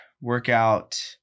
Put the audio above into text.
workout